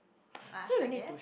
of us I guess